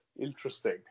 Interesting